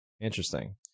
Interesting